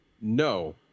no